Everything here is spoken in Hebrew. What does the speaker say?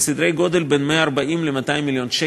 בסדרי גודל של בין 140 ל-200 מיליון שקל.